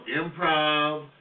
improv